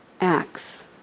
acts